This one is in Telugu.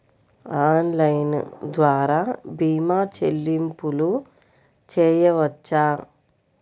ఆన్లైన్ ద్వార భీమా చెల్లింపులు చేయవచ్చా?